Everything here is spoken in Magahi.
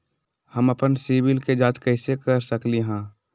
हम अपन सिबिल के जाँच कइसे कर सकली ह?